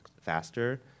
faster